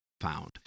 found